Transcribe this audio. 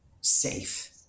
safe